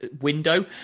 window